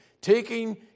taking